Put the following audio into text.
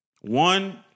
one